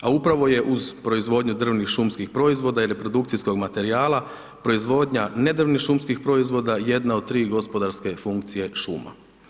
A upravo je uz proizvodnju drvnih šumskih proizvoda i reprodukcijskog materijala proizvodnja nedrvnih šumskih proizvoda jedna od tri gospodarske funkcije šuma.